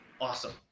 awesome